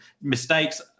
mistakes